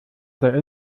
der